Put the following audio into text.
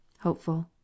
HOPEFUL